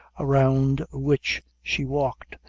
around which she walked,